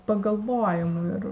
pagalvojimui ir